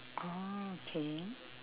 orh okay